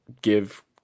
give